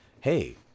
Hey